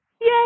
Yay